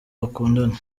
bakundana